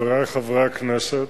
חברי חברי הכנסת,